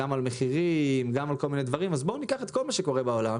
אני יוצא.